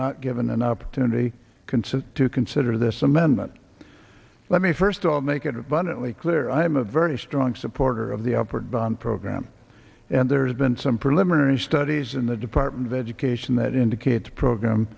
not given an opportunity consent to consider this amendment let me first of all make it abundantly clear i am a very strong supporter of the upward bound program and there's been some preliminary studies in the department of education that indicate the program